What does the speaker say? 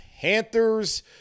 Panthers